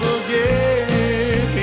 again